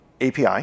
API